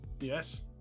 Yes